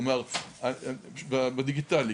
כלומר, בדיגיטלי.